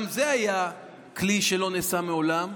וגם זה היה כלי שלא השתמשו בו מעולם,